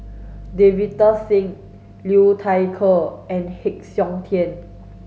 Davinder Singh Liu Thai Ker and Heng Siok Tian